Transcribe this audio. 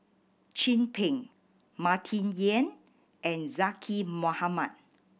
Chin Peng Martin Yan and Zaqy Mohamad